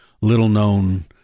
little-known